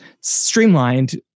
streamlined